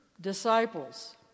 Disciples